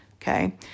Okay